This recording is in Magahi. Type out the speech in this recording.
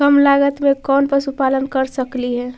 कम लागत में कौन पशुपालन कर सकली हे?